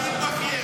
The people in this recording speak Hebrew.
חבריי הכנסת.